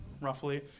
roughly